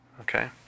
okay